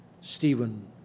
Stephen